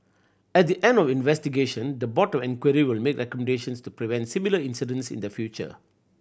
at the end of investigation the Board to Inquiry will make recommendations to prevent similar incidents in the future